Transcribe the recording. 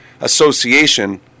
association